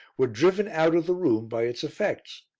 were driven out of the room by its effects.